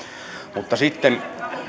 mutta sitten